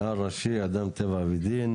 מדען ראשי, אדם טבע ודין.